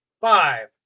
five